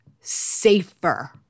safer